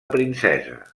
princesa